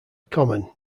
common